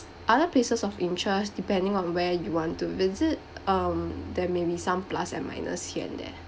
other places of interest depending on where you want to visit um there may be some plus and minus here and there